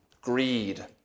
greed